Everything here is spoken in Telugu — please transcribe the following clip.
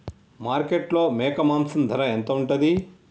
మార్కెట్లో మేక మాంసం ధర ఎంత ఉంటది?